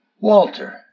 Walter